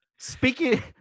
Speaking